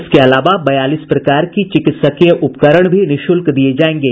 इसके अलावा बयालीस प्रकार की चिकित्सकीय उपकरण भी निःशुल्क दिए जायेंगे